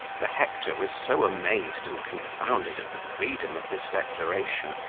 the hector was so amazed and confounded at the freedom of this declaration,